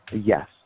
Yes